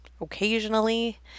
occasionally